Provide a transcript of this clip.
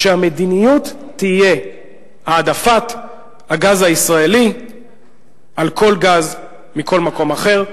שהמדיניות תהיה העדפת הגז הישראלי על כל גז מכל מקום אחר,